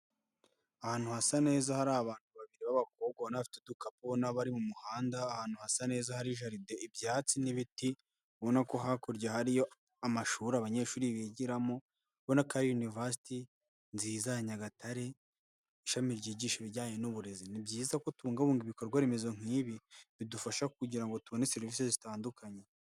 Ahantu hasa neza hari abantu babiri b'abakobwa ubona bafite udukapu ubona bari mu muhanda, ahantu hasa neza hari jaride, ibyatsi n'ibiti, ubona ko hakurya hariyo amashuri abanyeshuri bigiramo, ubona ko ari univasiti nziza ya Nyagatare ishami ryigisha ibijyanye n'uburezi. Ni byiza ko tubungabunga ibikorwa remezo nk'ibi bidufasha kugira ngo tubone serivise zitandukanye.